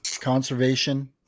conservation